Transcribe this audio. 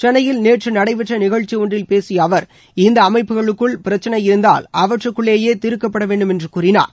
சென்னையில் நேற்று நடைபெற்ற நிகழ்ச்சி ஒன்றில் பேசிய அவர் இந்த அமைப்புகளுக்குள் பிரச்னை இருந்தால் அவற்றுக்குள்ளேயே தீர்க்கப்பட வேண்டும் என்று கூறினார்